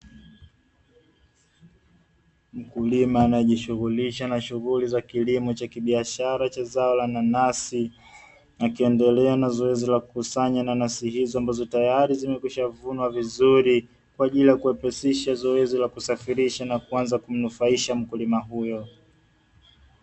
Mkulima anajishughulisha na shughuli za kilimo cha kibiashara cha zao la nanasi akiendelea na zoezi la kukusanya na nafsi hizo ambazo tayari zimekwishavunwa vizuri kwa ajili ya kuwepesisha zoezi la kusafirisha na kuanza kumnufaisha mkulima huyo.